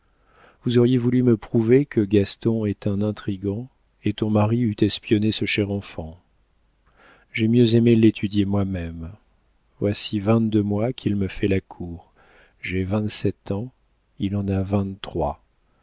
vous auriez voulu me prouver que gaston est un intrigant et ton mari eût espionné ce cher enfant j'ai mieux aimé l'étudier moi-même voici vingt-deux mois qu'il me fait la cour j'ai vingt-sept ans il en a vingt-trois